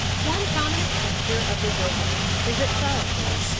one prominent feature of the wilderness is its solitude.